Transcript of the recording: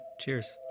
Cheers